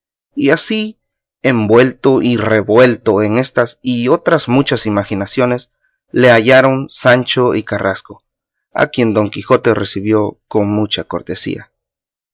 y así envuelto y revuelto en estas y otras muchas imaginaciones le hallaron sancho y carrasco a quien don quijote recibió con mucha cortesía